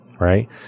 right